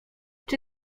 czy